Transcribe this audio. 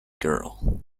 girl